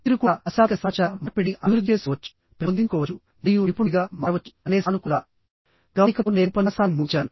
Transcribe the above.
మీరు కూడా అశాబ్దిక సమాచార మార్పిడిని అభివృద్ధి చేసుకోవచ్చుపెంపొందించుకోవచ్చు మరియు నిపుణుడిగా మారవచ్చు అనే సానుకూల గమనికతో నేను ఉపన్యాసాన్ని ముగించాను